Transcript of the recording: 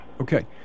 Okay